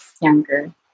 younger